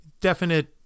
definite